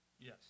Yes